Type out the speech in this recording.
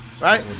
Right